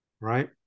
right